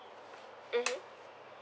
mmhmm